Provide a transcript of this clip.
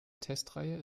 testreihe